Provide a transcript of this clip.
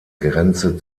grenze